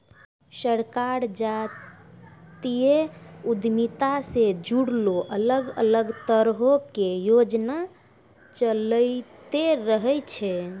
सरकार जातीय उद्यमिता से जुड़लो अलग अलग तरहो के योजना चलैंते रहै छै